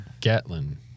Gatlin